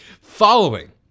following